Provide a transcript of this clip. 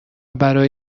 برای